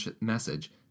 message